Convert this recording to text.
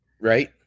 right